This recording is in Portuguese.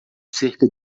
cerca